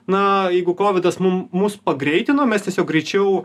na jeigu kovidas mum mus pagreitino mes tiesiog greičiau